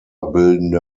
bildende